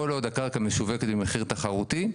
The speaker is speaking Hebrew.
כל עוד הקרקע משווקת במחיר תחרותי,